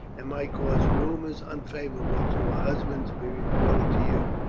and might cause rumours unfavourable to her husband to be reported to you.